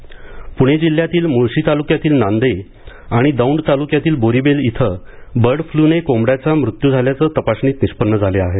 पूणे जिल्ह्यातील मुळशी तालुक्यातील नांदे आणि दौंड तालुक्यातील बोरीबेल इथं बर्ड फ्लूने कोंबड्यांचा मृत्यू झाल्याचं तपासणीत निष्पन्न झालं आहे